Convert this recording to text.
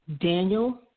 Daniel